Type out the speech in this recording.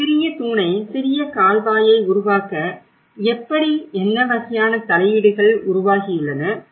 ஒரு சிறிய தூணை சிறிய கால்வாயை உருவாக்க எப்படி என்ன வகையான தலையீடுகள் உருவாகியுள்ளன